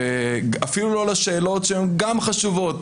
ואפילו לא לשאלות שהן גם חשובות,